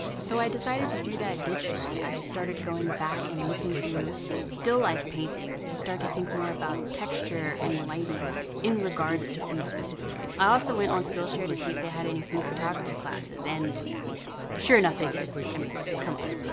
so, i decided to do that digitally. i started going back and looking through still life paintings to start to think more about texture and lighting in regards to food specifically. i also went on skillshare to see if they had any food photography classes, and sure enough they did. i mean, come on.